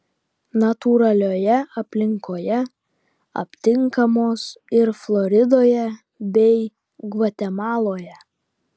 natūralioje aplinkoje aptinkamos ir floridoje bei gvatemaloje